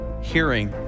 hearing